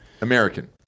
American